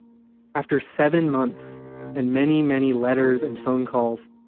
after seven months and many, many letters and phone calls,